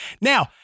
Now